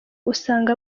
usanga